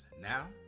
Now